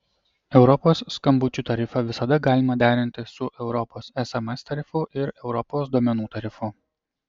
europos skambučių tarifą visada galima derinti su europos sms tarifu ir europos duomenų tarifu